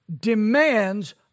demands